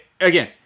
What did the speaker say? again